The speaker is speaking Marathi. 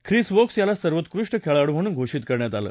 ख्रीस वोक्स याला सर्वोत्कृष्ट खेळाडू म्हणून घोषीत करण्यात आलं